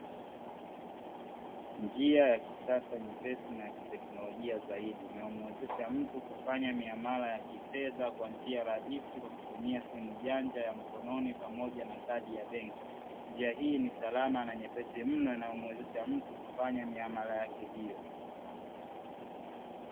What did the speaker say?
Njia ya kisasa, nyepesi na ya kiteknolojia zaidi inayomuwezesha mtu kufanya miamala ya kifedha kwa njia rahisi kwa kutumia simu janja ya mkononi pamoja na kadi ya benki. Njia hii ni salama na nyepesi mnon inayomuwezesha mtu kufanya miamala yake hiyo.